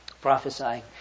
prophesying